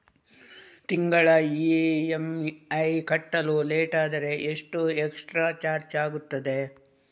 ತಿಂಗಳ ಇ.ಎಂ.ಐ ಕಟ್ಟಲು ಲೇಟಾದರೆ ಎಷ್ಟು ಎಕ್ಸ್ಟ್ರಾ ಚಾರ್ಜ್ ಆಗುತ್ತದೆ?